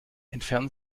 entfernen